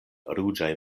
ruĝaj